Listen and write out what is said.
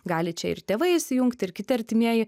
gali čia ir tėvai įsijungti ir kiti artimieji